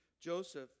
Joseph